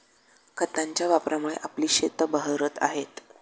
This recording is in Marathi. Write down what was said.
खतांच्या वापरामुळे आपली शेतं बहरत आहेत